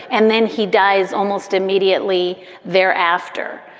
and then he dies almost immediately thereafter.